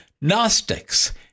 Gnostics